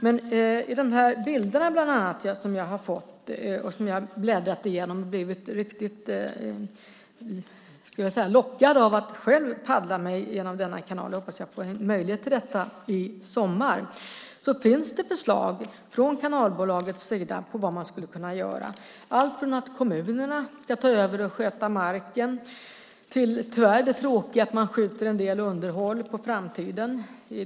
Bland de bilder som jag har fått och bläddrat igenom - de har gjort mig riktigt lockad av att själv paddla mig igenom denna kanal, och jag hoppas att jag får möjlighet till detta i sommar - finns det förslag från kanalbolagets sida på vad man skulle kunna göra, allt från att kommunerna ska ta över skötseln av marken till, tyvärr, det tråkiga att man skjuter en del underhåll på framtiden.